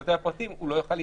לפרטי הפרטים לא יוכל להתקיים.